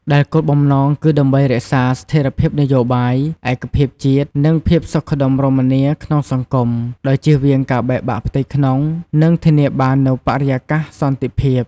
ដែលគោលបំណងគឺដើម្បីរក្សា ស្ថេរភាពនយោបាយ ឯកភាពជាតិ និងភាពសុខដុមរមនាក្នុងសង្គម ដោយជៀសវាងការបែកបាក់ផ្ទៃក្នុង និងធានាបាននូវបរិយាកាសសន្តិភាព។